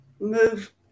move